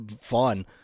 fun